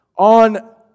on